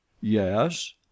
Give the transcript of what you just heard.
yes